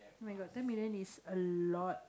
oh-my-god ten million is a lot